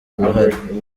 uruhara